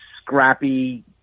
scrappy